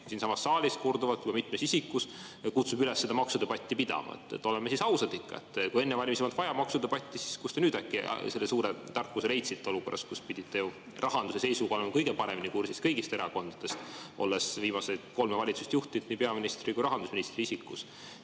siinsamas saalis korduvalt juba mitmes isikus kutsub üles seda maksudebatti pidama. Oleme siis ausad ikka! Kui enne valimisi ei olnud vaja maksudebatti, siis kust te nüüd äkki selle suure tarkuse leidsite, olukorras, kus te pidite ju rahanduse seisuga olema kõige paremini kursis kõigist erakondadest, olles viimast kolme valitsust juhtinud nii peaministri kui ka rahandusministri isikus?